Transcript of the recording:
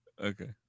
Okay